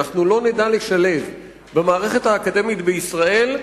לא נדע לשלב במערכת האקדמית בישראל,